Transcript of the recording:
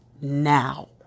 now